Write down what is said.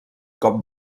cop